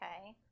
okay